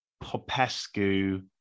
Popescu